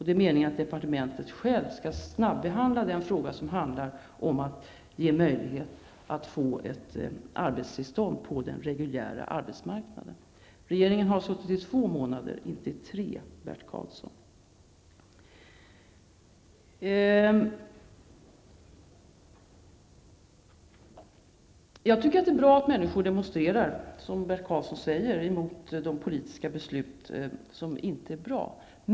Det är meningen att departementet självt skall snabbehandla den fråga som handlar om möjligheten att få ett arbetstillstånd på den reguljära arbetsmarknaden. Regeringen har suttit i två månader, inte tre, Bert Jag tycker att det är bra att människor demonstrerar, som Bert Karlsson säger, mot de politiska beslut som inte är bra.